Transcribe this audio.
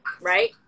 right